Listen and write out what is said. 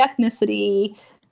ethnicity